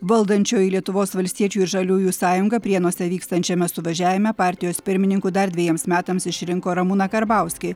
valdančioji lietuvos valstiečių ir žaliųjų sąjunga prienuose vykstančiame suvažiavime partijos pirmininku dar dvejiems metams išrinko ramūną karbauskį